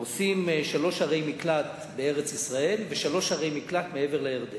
שעושים שלוש ערי מקלט בארץ-ישראל ושלוש ערי מקלט מעבר לירדן.